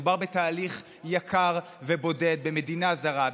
מדובר בתהליך יקר ובודד במדינה זרה,